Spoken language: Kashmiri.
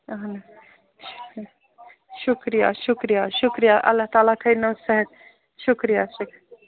اَہَن حظ شُکریہ شُکریہ شُکریہ اللہ تعالیٰ تھٲنیو صحت شُکریہ